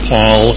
Paul